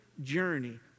journey